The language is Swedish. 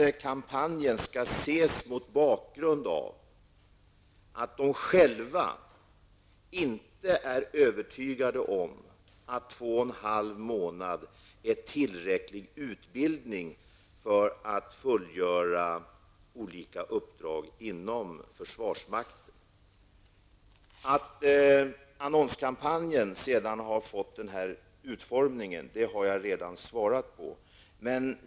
Denna kampanj skall ses mot bakgrund av att de värnpliktiga själva inte är övertygade om att 2,5 månader är tillräcklig utbildning för att fullgöra olika uppdrag inom försvarsmakten. Varför annonskampanjen sedan har fått denna utformning har jag redan svarat på.